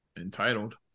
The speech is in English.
Entitled